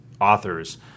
authors